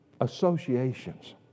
associations